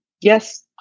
Yes